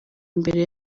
imbere